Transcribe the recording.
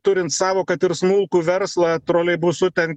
turint savo kad ir smulkų verslą troleibusu ten